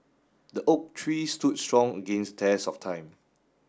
the oak tree stood strong against test of time